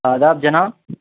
آداب جناب